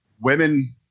Women